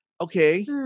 okay